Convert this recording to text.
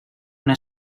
una